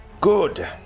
Good